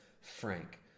Frank